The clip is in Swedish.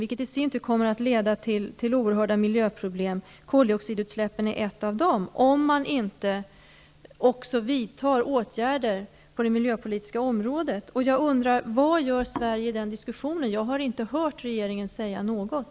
Det i sin tur kommer att leda till oerhörda miljöproblem -- koldioxidutsläppen är ett av dem -- om man inte vidtar åtgärder också på det miljöpolitiska området. Jag undrar: Vad gör Sverige i den diskussionen? Jag har inte hört någonting från regeringen.